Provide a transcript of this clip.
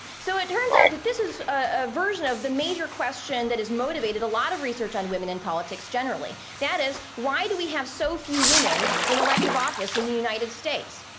so it turns out that this is a version of the major question that has motivated a lot of research on women in politics generally. that is, why do we have so few women in elective office in the united states?